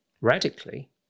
radically